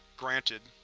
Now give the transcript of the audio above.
granted.